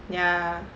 ya